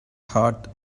heart